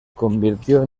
convirtió